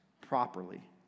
properly